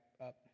up